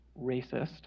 racist